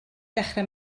dechrau